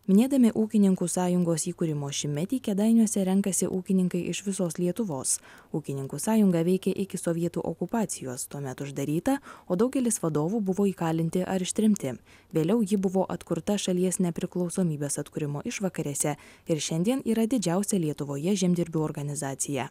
minėdami ūkininkų sąjungos įkūrimo šimtmetį kėdainiuose renkasi ūkininkai iš visos lietuvos ūkininkų sąjunga veikė iki sovietų okupacijos tuomet uždaryta o daugelis vadovų buvo įkalinti ar ištremti vėliau ji buvo atkurta šalies nepriklausomybės atkūrimo išvakarėse ir šiandien yra didžiausia lietuvoje žemdirbių organizacija